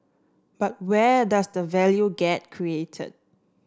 but where does the value get created